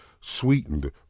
Sweetened